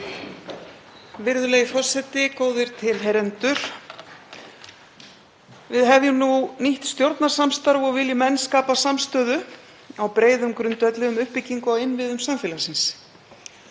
Virðulegi forseti. Góðir tilheyrendur. Við hefjum nú nýtt stjórnarsamstarf og viljum enn skapa samstöðu á breiðum grundvelli um uppbyggingu á innviðum samfélagsins.